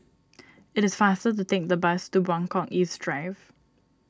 it is faster to take the bus to Buangkok East Drive